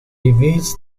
reveals